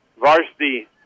varsity